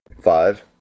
Five